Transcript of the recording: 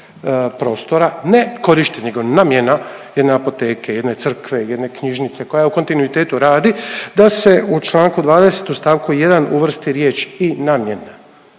prostora, ne korištenje nego namjena jedne apoteke, jedne crkve, jedne knjižnice koja u kontinuitetu radi, da se u čl. 20 u st. 1 uvrsti riječ i namjena.